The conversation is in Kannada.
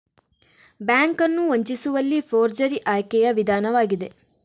ಬ್ಯಾಂಕ್ ಅನ್ನು ವಂಚಿಸುವಲ್ಲಿ ಫೋರ್ಜರಿ ಆಯ್ಕೆಯ ವಿಧಾನವಾಗಿದೆ